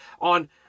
on